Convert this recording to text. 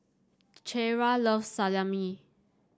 Ciera loves Salami